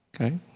Okay